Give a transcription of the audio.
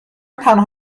تنها